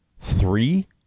Three